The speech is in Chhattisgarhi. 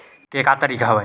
के का तरीका हवय?